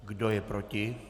Kdo je proti?